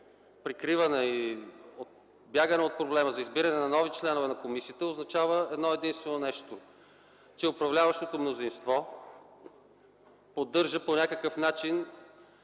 прикриване и бягане от проблема за избиране на нови членове на комисията означава едно единствено нещо, че управляващото мнозинство поддържа по някакъв начин